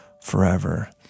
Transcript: forever